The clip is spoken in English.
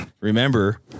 remember